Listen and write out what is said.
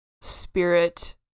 spirit